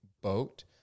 boat